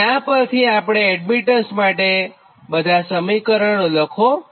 અને આ પરથી તમે એડમીટન્સ માટે બધાં સમીકરણો લખો